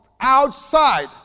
outside